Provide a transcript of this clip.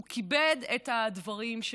הוא כיבד את הדברים שלו,